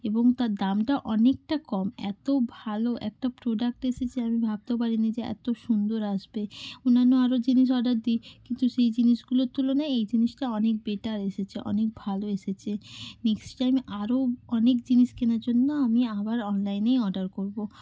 এবং তার দামটা অনেকটা কম এত ভালো একটা প্রোডাক্ট এসেছে আমি ভাবতেও পারিনি যে এত সুন্দর আসবে অন্যান্য আরও জিনিস অর্ডার দিই কিন্তু সেই জিনিসগুলোর তুলনায় এই জিনিসটা অনেক বেটার এসেছে অনেক ভালো এসেছে নেক্সট টাইম আরও অনেক জিনিস কেনার জন্য আমি আবার অনলাইনেই অর্ডার করব